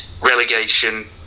relegation